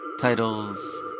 titles